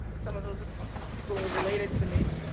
some of those ah people are related to me.